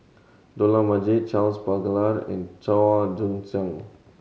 Dollah Majid Charles Paglar and Chua Joon Siang